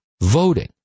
voting